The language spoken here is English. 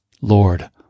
Lord